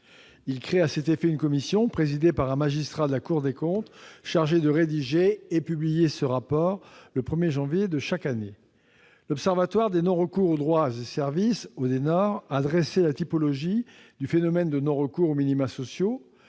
à créer à cet effet une commission, présidée par un magistrat de la Cour des comptes, chargée de rédiger et publier ce rapport le 1 janvier de chaque année. L'Observatoire des non-recours aux droits et services, l'ODENORE, a dressé la typologie du phénomène de non-recours aux minimas sociaux,